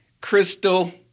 Crystal